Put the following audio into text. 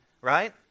Right